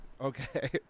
Okay